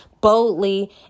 boldly